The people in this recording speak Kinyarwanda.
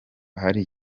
ahari